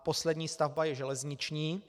Poslední stavba je železniční.